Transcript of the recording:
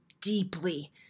deeply